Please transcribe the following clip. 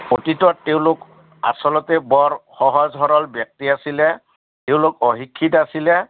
অতীতত তেওঁলোক আচলতে বৰ সহজ সৰল ব্যক্তি আছিলে তেওঁলোক অশিক্ষিত আছিলে